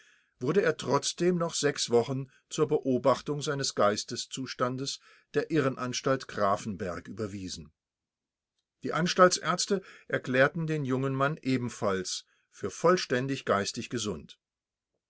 wurde er trotzdem noch sechs wochen zur beobachtung seines geisteszustandes der irrenanstalt grafenberg überwiesen die anstaltsärzte erklärten den jungen mann ebenfalls für vollständig geistig gesund